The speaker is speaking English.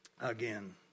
again